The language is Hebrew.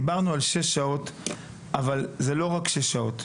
דיברנו על שש שעות אבל זה לא רק שש שעות.